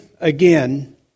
again